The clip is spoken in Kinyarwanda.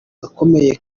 gakomeye